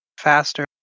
faster